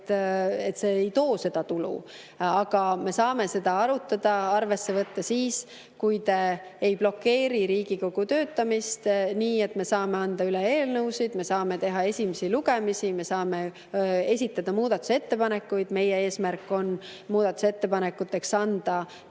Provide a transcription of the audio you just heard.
et ei tooks seda tulu. Aga me saame seda arutada, arvesse võtta siis, kui te ei blokeeri Riigikogu töötamist, nii et me saame anda üle eelnõusid, me saame teha esimesi lugemisi, me saame esitada muudatusettepanekuid. Meie eesmärk on muudatusettepanekuteks anda